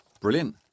Brilliant